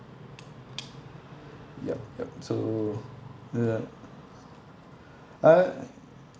yup yup so uh